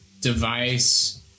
device